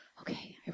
okay